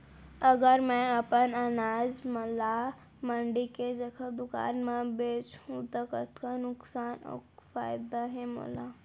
अगर मैं अपन अनाज ला मंडी के जगह दुकान म बेचहूँ त कतका नुकसान अऊ फायदा हे मोला?